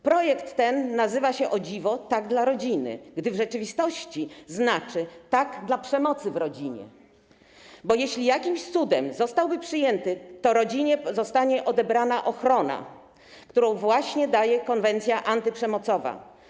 Projekt ten, o dziwo, nazywa się: tak dla rodziny, gdy w rzeczywistości znaczy: tak dla przemocy w rodzinie, bo jeśli jakimś cudem zostałby przyjęty, to rodzinie zostanie odebrana ochrona, którą właśnie daje konwencja antyprzemocowa.